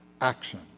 action